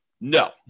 No